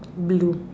blue